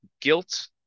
guilt